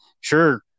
Sure